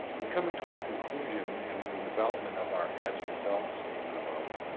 in coming to our conclusion and in development of our as a result statement above